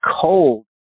cold